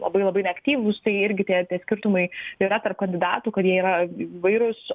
labai labai neaktyvūs tai irgi tie skirtumai yra tarp kandidatų kad jie yra įvairūs